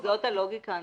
כי זו הלוגיקה הנכונה.